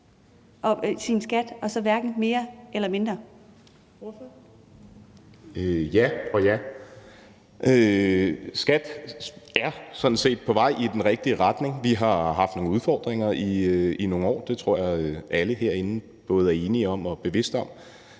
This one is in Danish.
sådan set på vej i den rigtige retning. Vi har haft nogle udfordringer i nogle år. Det tror jeg alle herinde er både enige om og bevidste om.